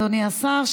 אדוני השר,